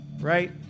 right